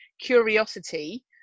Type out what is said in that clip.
curiosity